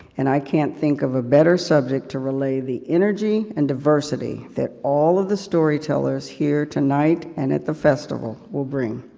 and i can't think of a better subject to relay the energy and diversity, that all of the story tellers here tonight, and at the festival, will bring.